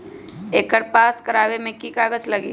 एकर पास करवावे मे की की कागज लगी?